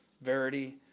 Verity